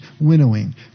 winnowing